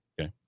Okay